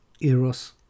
eros